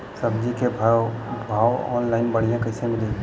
सब्जी के भाव ऑनलाइन बढ़ियां कइसे मिली?